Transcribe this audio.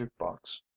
jukebox